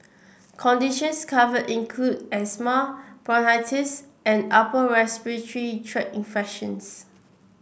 conditions covered include asthma bronchitis and upper respiratory tract infections